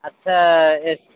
ଆଚ୍ଛା ଏ